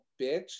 bitch